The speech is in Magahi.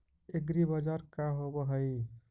एग्रीबाजार का होव हइ?